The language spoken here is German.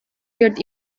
wird